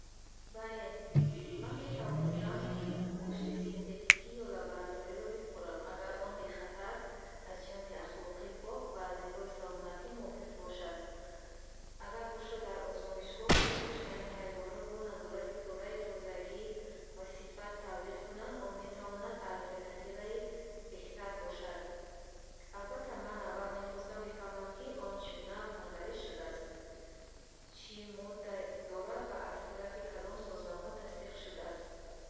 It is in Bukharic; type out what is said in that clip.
Бале, ман метавонистам гушти синтетикӣ ё лабораториро бихӯрам, агар он бехатар, аз ҷиҳати ахлоқӣ пок ва аз нигоҳи саломатӣ мувофиқ бошад. Агар гӯштро дар озмоишгоҳ бе куштани ҳайвонот, бо назорати пурраи тозагӣ ва сифат тавлид кунанд, он метавонад алтернативаи беҳтар бошад. Албатта, ман аввал мехостам бифаҳмам, ки он чӣ гуна парвариш шудааст, чӣ модда дорад ва аз тарафи кадом созмонҳо тасдиқ шудааст.